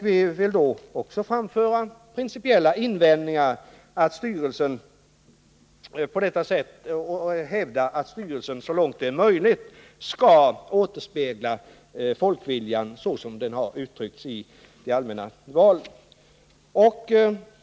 Vi vill också framföra principiella invändningar och hävda att styrelsen så långt det är möjligt skall återspegla folkviljan såsom den har uttryckts i allmänna val.